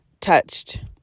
touched